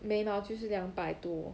眉毛就是两百多